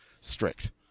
strict